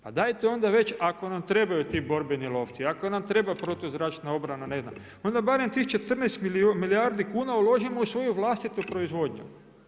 Pa dajte onda već ako nam trebaju ti borbeni lovci, ako nam treba protuzračna obrana, ne znam, onda barem tih 14 milijardi kuna uložimo u svoju vlastitu proizvodnju.